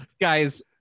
Guys